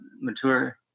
mature